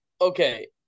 Okay